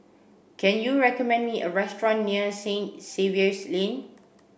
can you recommend me a restaurant near Saint Xavier's Lane